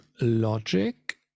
logic